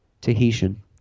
Tahitian